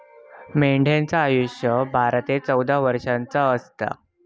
मेंढ्यांचा आयुष्य बारा ते चौदा वर्ष असता